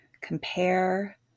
compare